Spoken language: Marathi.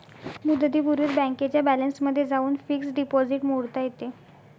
मुदतीपूर्वीच बँकेच्या बॅलन्समध्ये जाऊन फिक्स्ड डिपॉझिट मोडता येते